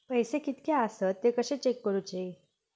पैसे कीतके आसत ते कशे चेक करूचे?